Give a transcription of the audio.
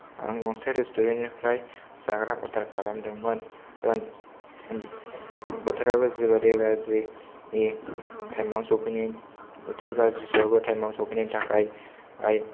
आं गंसे रेस्टुरेन्टनिफ्राय जाग्रा अर्दार खालामदोंमोन बोथोराबो जोबोरै गाज्रि थायमाव सफैनो बोथोर गाज्रि सायावबो थायमाव सफैनायनि थाखाय आय